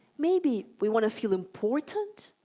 maybe we want to feel important,